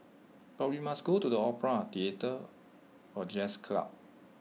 but we must go to the opera theatre or jazz club